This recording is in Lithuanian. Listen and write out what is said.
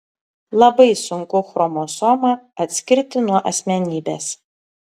labai sunku chromosomą atskirti nuo asmenybės